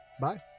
Bye